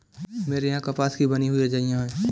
मेरे यहां कपास की बनी हुई रजाइयां है